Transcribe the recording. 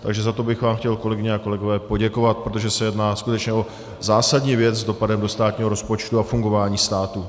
Takže za to bych vám chtěl, kolegyně a kolegové, poděkovat, protože se jedná skutečně o zásadní věc s dopadem do státního rozpočtu a fungování státu.